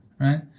right